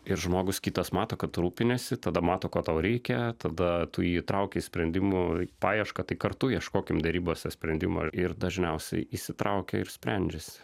ir žmogus kitas mato kad tu rūpiniesi tada mato ko tau reikia tada tu jį įtrauki į sprendimų paiešką tai kartu ieškokim derybose sprendimo ir dažniausiai įsitraukia ir sprendžiasi